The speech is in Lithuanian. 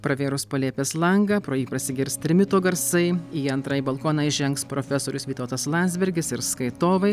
pravėrus palėpės langą pro jį pasigirs trimito garsai į antrąjį balkoną įžengs profesorius vytautas landsbergis ir skaitovai